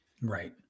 Right